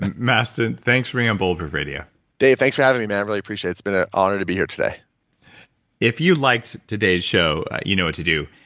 mastin, thanks for being on bulletproof radio dave, thanks for having me, man. i really appreciate. it's been an honor to be here today if you liked today's show, you know what to do.